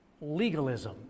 legalism